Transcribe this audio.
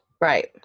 Right